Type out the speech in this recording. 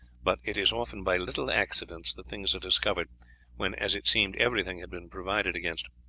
but it is often by little accidents that things are discovered when as it seemed everything had been provided against.